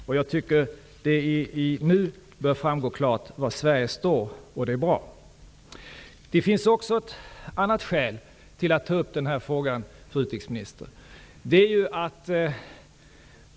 Det bör nu framgå klart var Sverige står, och det är bra. Det finns också ett annat skäl till att ta upp denna fråga, fru utrikesminister.